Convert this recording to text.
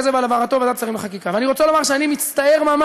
הזאת בצורה מכובדת הוא שהבן אדם גם יוכל לחיות